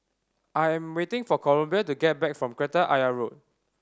I am waiting for Columbia to come back from Kreta Ayer Road